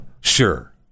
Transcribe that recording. sure